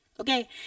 Okay